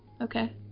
okay